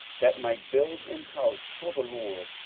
that might build an house for the lord,